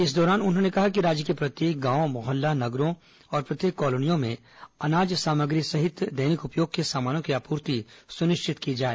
इस दौरान उन्होंने कहा कि राज्य के प्रत्येक गांव मोहल्ला नगरों और प्रत्येक कॉलोनियों में राशन सामग्री सहित दैनिक उपयोग के सामानों की आपूर्ति सुनिश्चित की जाए